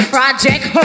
Project